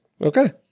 okay